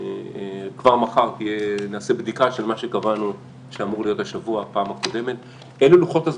כבר מחר נעשה בדיקה של מה שקבענו בפעם הקודמת שאמור להיות השבוע.